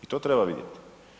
I to treba vidjeti.